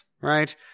right